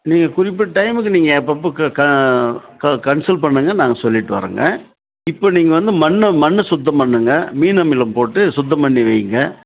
நீங்கள் குறிப்பிட்ட டைமுக்கு நீங்கள் அப்பப்போ க க கன்சல் பண்ணுங்க நாங்கள் சொல்லிகிட்டு வரோங்க இப்போது நீங்கள் வந்து மண்ணு மண்ணை சுத்தம் பண்ணுங்க மீன் அமிலம் போட்டு சுத்தம் பண்ணி வையுங்க